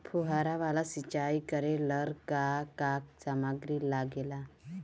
फ़ुहारा वाला सिचाई करे लर का का समाग्री लागे ला?